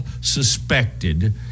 suspected